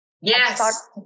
Yes